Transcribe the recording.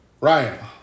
Ryan